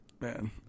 Man